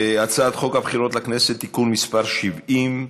הצעת חוק הבחירות לכנסת (תיקון מס' 70)